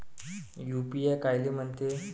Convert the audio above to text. UPI कायले म्हनते?